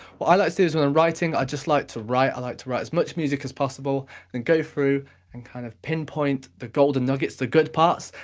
what i like to do is when i'm writing, i just like to write, i like to write as much music as possible then go through and kind of pinpoint the golden nuggets, the good parts,